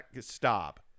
Stop